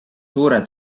suure